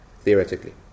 Theoretically